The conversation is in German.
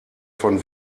von